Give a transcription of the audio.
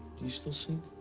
you still sing?